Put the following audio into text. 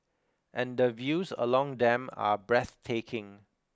and the views along them are breathtaking